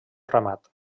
ramat